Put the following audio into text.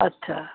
अच्छा